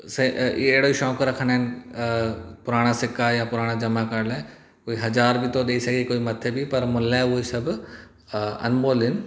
अहिड़ो शौक़ु रखंदा आहिनि पुराणा सिक्का या पुराणा जमा करण लाइ कोई हज़ारु बि थो ॾेई सघे पर उन लाइ उहे सभु अनमोल आहिनि